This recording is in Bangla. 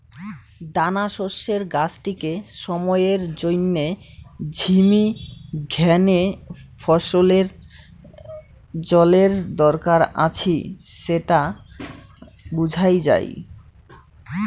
দানাশস্যের গাছটিকে সময়ের জইন্যে ঝিমি গ্যানে ফছলের জলের দরকার আছি স্যাটা বুঝাং যাই